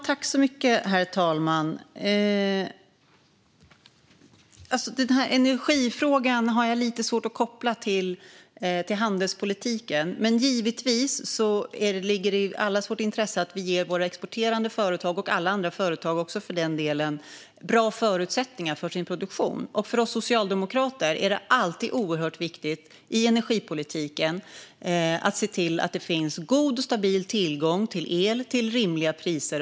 Herr talman! Energifrågan har jag lite svårt att koppla till handelspolitiken, men givetvis ligger det i allas vårt intresse att vi ger våra exporterande företag - och alla andra företag också, för den delen - bra förutsättningar för sin produktion. För oss socialdemokrater är det alltid oerhört viktigt i energipolitiken att se till att det finns god och stabil tillgång till el till rimliga priser.